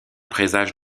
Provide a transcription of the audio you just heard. présage